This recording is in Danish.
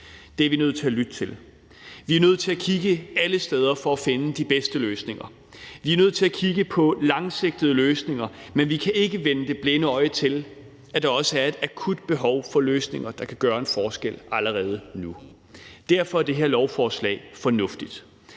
Det er vi nødt til at lytte til. Vi er nødt til at kigge alle steder for at finde de bedste løsninger. Vi er nødt til at kigge på langsigtede løsninger, men vi kan ikke vende det blinde øje til, at der også er et akut behov for løsninger, der kan gøre en forskel allerede nu. Derfor er det her lovforslag fornuftigt.